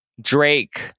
Drake